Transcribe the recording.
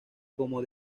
como